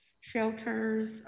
shelters